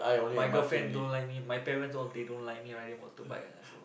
my girlfriend don't like me my parents all they don't like me riding motorbike lah so